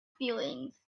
feelings